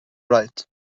right